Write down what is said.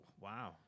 Wow